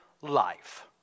life